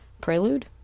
Prelude